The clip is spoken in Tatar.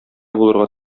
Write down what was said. булырга